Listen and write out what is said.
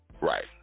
right